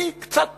אני קצת פחות,